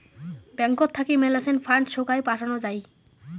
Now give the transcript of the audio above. ব্যাঙ্কত থাকি মেলাছেন ফান্ড সোগায় পাঠানো যাই